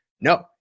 No